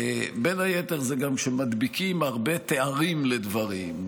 בין היתר זה שמדביקים הרבה תארים לדברים.